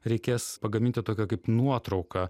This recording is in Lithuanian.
reikės pagaminti tokią kaip nuotrauką